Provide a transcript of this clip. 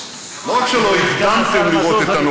לא רק שלא הקדמתם לראות את הנולד,